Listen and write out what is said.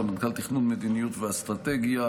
סמנכ"ל תכנון מדיניות ואסטרטגיה,